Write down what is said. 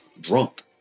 drunk